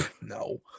No